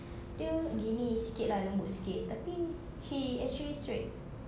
dia gini sikit lah lembut sikit tapi he actually straight